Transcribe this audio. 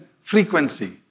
frequency